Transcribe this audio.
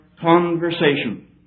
conversation